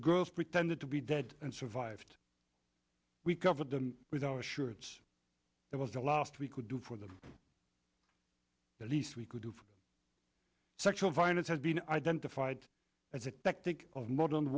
girls pretended to be dead and survived we covered them with our shirts it was the last we could do for them at least we could of sexual violence has been identified as a tactic of modern